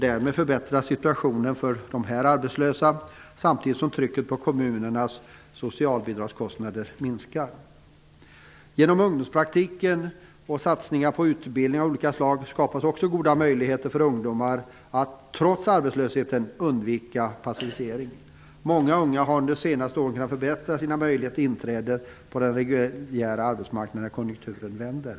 Därmed förbättas situationen för dem, samtidigt som trycket på kommunernas socialbidragskostnader minskar. Genom ungdomspraktiken och satsningar på utbildning av olika slag skapas också goda möjligheter för ungdomar att trots arbetslösheten undvika passivisering. Många unga har under de senaste åren kunnat förbättra sina möjligheter till inträde på den reguljära arbetsmarknaden när konjunkturen vänder.